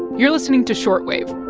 you're listening to short wave.